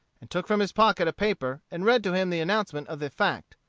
and took from his pocket a paper, and read to him the announcement of the fact.